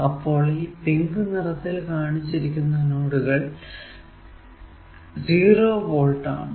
അപ്പോൾ ഈ പിങ്ക് നിറത്തിൽ കാണിച്ചിരിക്കുന്ന നോഡുകൾ 0 വോൾട് ആണ്